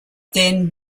then